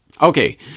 okay